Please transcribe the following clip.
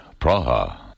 Praha